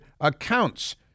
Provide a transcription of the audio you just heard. accounts